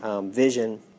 vision